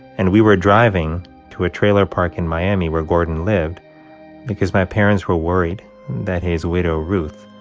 and we were driving to a trailer park in miami where gordon lived because my parents were worried that his widow, ruth,